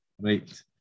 Right